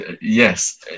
Yes